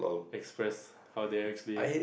express how do I actually